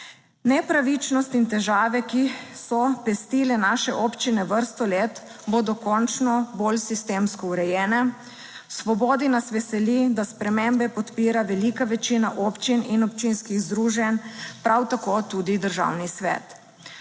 Nepravičnosti in težave, ki so pestile naše občine vrsto let, bodo končno bolj sistemsko urejene. V Svobodi nas veseli, da spremembe podpira velika večina občin in občinskih združenj, prav tako tudi Državni svet.